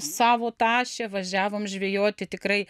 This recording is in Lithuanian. savo taše važiavom žvejoti tikrai